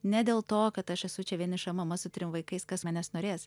ne dėl to kad aš esu čia vieniša mama su trim vaikais kas manęs norės